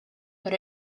but